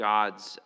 God's